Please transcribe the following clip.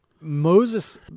Moses